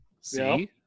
see